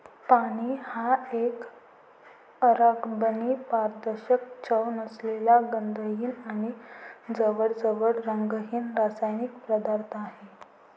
पाणी हा एक अकार्बनी, पारदर्शक, चव नसलेला, गंधहीन आणि जवळजवळ रंगहीन रासायनिक पदार्थ आहे